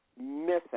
missing